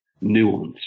nuance